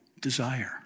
desire